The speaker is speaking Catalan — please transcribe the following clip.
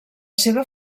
seva